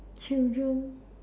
children